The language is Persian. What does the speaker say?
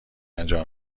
انجام